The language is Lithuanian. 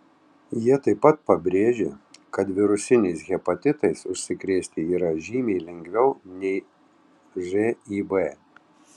jie taip pat pabrėžė kad virusiniais hepatitais užsikrėsti yra žymiai lengviau nei živ